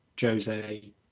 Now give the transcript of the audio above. Jose